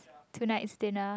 tonight's dinner